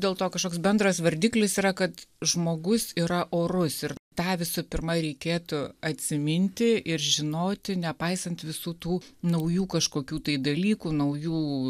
dėl to kažkoks bendras vardiklis yra kad žmogus yra orus ir tą visų pirma reikėtų atsiminti ir žinoti nepaisant visų tų naujų kažkokių tai dalykų naujų